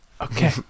Okay